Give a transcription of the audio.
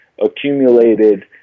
accumulated